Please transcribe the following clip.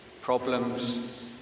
problems